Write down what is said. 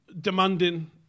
Demanding